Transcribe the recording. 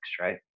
right